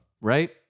Right